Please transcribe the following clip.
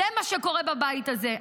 זה מה שקורה בבית הזה.